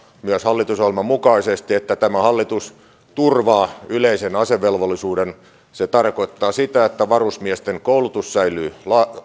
myös hallitusohjelman mukaisesti että tämä hallitus turvaa yleisen asevelvollisuuden se tarkoittaa sitä että varusmiesten koulutus säilyy